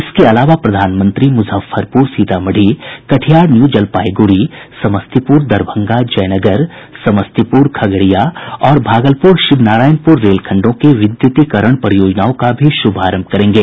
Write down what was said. इसके अलावा प्रधानमंत्री मुजफ्फरपुर सीतामढ़ी कटिहार न्यू जलपाईगुड़ी समस्तीपुर दरभंगा जयनगर समस्तीपुर खगड़िया और भागलपुर शिवनारायणपुर रेलखंडों के विद्युतीकरण परियोजनाओं का भी शुभारंभ करेंगे